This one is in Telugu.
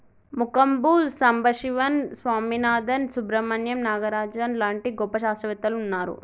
మంకంబు సంబశివన్ స్వామినాధన్, సుబ్రమణ్యం నాగరాజన్ లాంటి గొప్ప శాస్త్రవేత్తలు వున్నారు